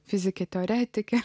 fizikė teoretikė